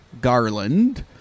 Garland